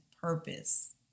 purpose